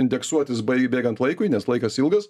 indeksuotis bėgant laikui nes laikas ilgas